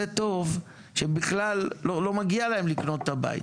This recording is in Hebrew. טוב שבכלל לא מגיע להם לקנות את הבית.